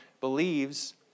believes